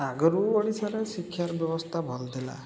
ଆଗରୁ ଓଡ଼ିଶାରେ ଶିକ୍ଷାର ବ୍ୟବସ୍ଥା ଭଲ ଥିଲା